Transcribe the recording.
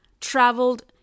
traveled